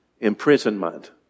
imprisonment